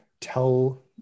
tell